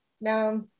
Now